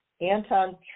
Anton